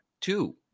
two